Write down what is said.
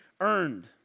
earned